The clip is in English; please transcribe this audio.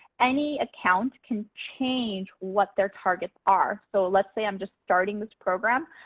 any account can change what they're targets are. so let's say i'm just starting this program.